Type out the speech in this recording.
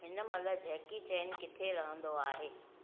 हिनमहिल जैकी चैन किथे रहंदो आहे